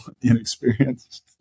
inexperienced